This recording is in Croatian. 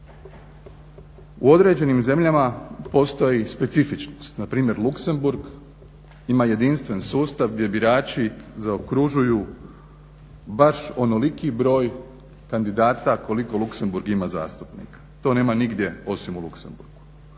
U određenim zemljama postoji specifičnost, npr. Luksemburg ima jedinstven sustav gdje birači zaokružuju baš onoliki broj kandidata koliko Luksemburg ima zastupnika. To nema nigdje osim u Luksemburgu.